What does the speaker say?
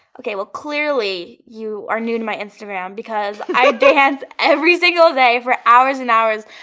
okay, well clearly you are new to my instagram, because i dance every single day for hours and hours.